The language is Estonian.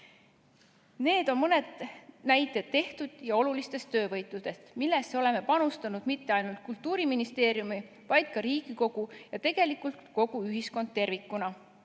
Nüüd mõned näited olulistest töövõitudest, millesse on panustanud mitte ainult Kultuuriministeerium, vaid ka Riigikogu ja tegelikult kogu ühiskond tervikuna.